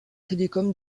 télécom